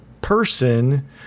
person